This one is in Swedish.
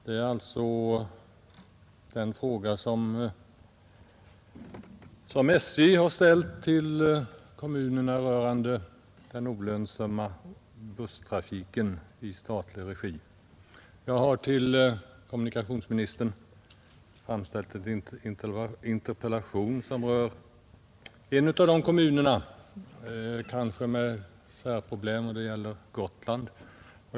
Det är alltså den fråga som SJ har ställt till kommunerna rörande den olönsamma busstrafiken i statlig regi. Jag har till kommunikationsministern framställt en interpellation som rör en av de kommuner som här kanske har vissa särproblem, nämligen Gotland.